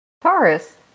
Taurus